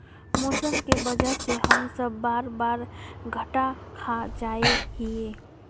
मौसम के वजह से हम सब बार बार घटा खा जाए हीये?